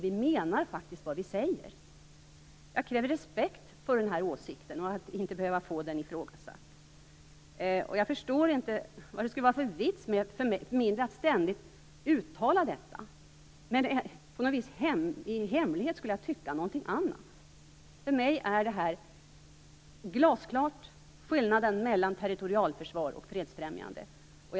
Vi menar faktiskt vad vi säger. Jag kräver respekt för den här åsikten, och vill inte behöva få den ifrågasatt. Jag förstår inte vad det skulle vara för vits för min del att ständigt uttala detta, men på något vis i hemlighet tycka någonting annat. För mig är skillnaden mellan territorialförsvar och fredsfrämjande glasklar.